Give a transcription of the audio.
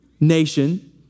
nation